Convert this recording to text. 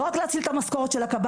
לא רק להציל את המשכורות של הקב"סים.